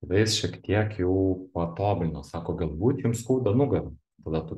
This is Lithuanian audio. tada jis šiek tiek jau patobulino sako galbūt jums skauda nugarą tada tu